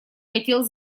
хотел